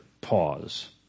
pause